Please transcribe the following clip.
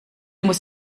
muss